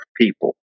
people